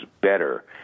better